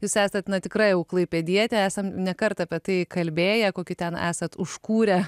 jūs esat na tikra jau klaipėdietė esam ne kartą apie tai kalbėję kokį ten esat užkūrę